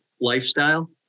lifestyle